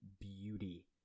beauty